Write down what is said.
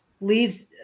leaves